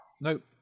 Nope